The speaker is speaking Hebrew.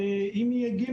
ואם יהיה ג',